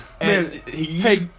Hey